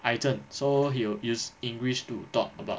癌症 so he'll use english to talk about